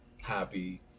happy